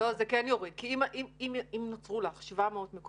זה כן יוריד, כי אם נוצרו לך 700 מקומות